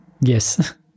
Yes